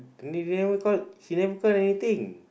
never call he never call anything